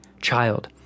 child